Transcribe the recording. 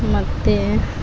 ಮತ್ತು